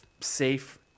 safe